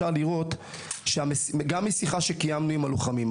גם משיחה קיימנו עם הלוחמים,